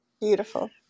beautiful